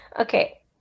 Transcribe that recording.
okay